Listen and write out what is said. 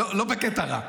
לא בקטע רע.